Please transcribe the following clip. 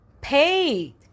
paid